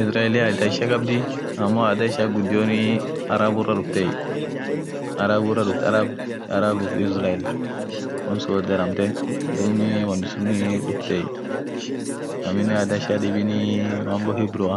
Izrail adhaa ishia khabdhii amoo adhaa ishian ghudio arabu raa dhufteyii arabu arab arabuaf Arab arabuaf izrail wonsun woth dharamtee dhub wonsun dhuftiye aminen adhaa ishia thadhibin mambo hibroa